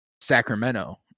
Sacramento